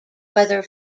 weather